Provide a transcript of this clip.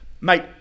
Mate